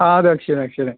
ആ അതെ അക്ഷയ് ആണ് അക്ഷയ് ആണ്